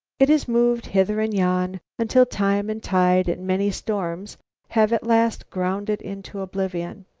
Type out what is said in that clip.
it is moved hither and yon until time and tide and many storms have at last ground it into oblivion.